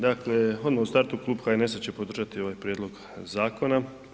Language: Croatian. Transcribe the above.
Dakle odmah u startu klub HNS-a će podržati ovaj prijedlog zakona.